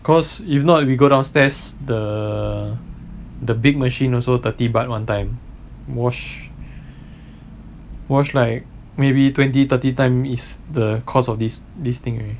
cause if not we go downstairs the the big machine also thirty baht one time wash wash like maybe twenty thirty time is the cost of this this thing already